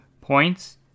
points